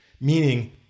meaning